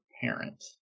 parent